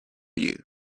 you